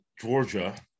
Georgia